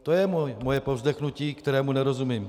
To je moje povzdechnutí, kterému nerozumím.